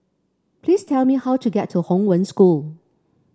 please tell me how to get to Hong Wen School